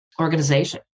organization